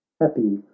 happy